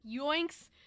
Yoinks